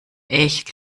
echt